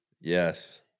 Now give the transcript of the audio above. Yes